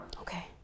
Okay